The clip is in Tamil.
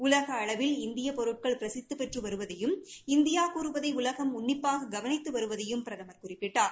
உலக அளவில் இந்திய பொருட்கள் பிரசித்திபெற்று வருவதையும் இந்தியா கூறுவதை உலகம் உன்னிப்பாக கவனித்து வருவதாகவும் பிரதமர் குறிப்பிட்டார்